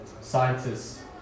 scientists